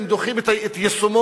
הם דוחים את יישומו,